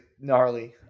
gnarly